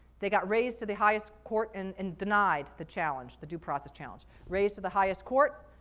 they got raised to the highest court and and denied the challenge, the due process challenge. raised to the highest court,